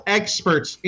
experts